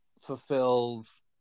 fulfills